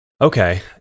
Okay